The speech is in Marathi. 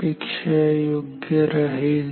पेक्षा योग्य राहील